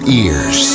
ears